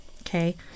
Okay